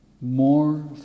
More